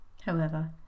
However